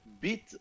bit